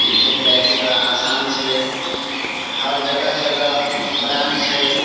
भेट जाइ छै बड़ा आसान सँ हर जगह जगह ब्रान्च छै